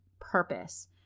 purpose